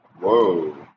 Whoa